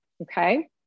okay